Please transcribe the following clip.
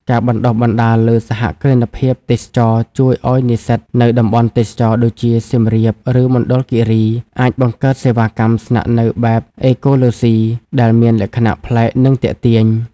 ការបណ្ដុះបណ្ដាលលើ "សហគ្រិនភាពទេសចរណ៍" ជួយឱ្យនិស្សិតនៅតំបន់ទេសចរណ៍ដូចជា សៀមរាប ឬមណ្ឌលគិរី អាចបង្កើតសេវាកម្មស្នាក់នៅបែបអេកូឡូស៊ី ដែលមានលក្ខណៈប្លែក និងទាក់ទាញ។